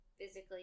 physically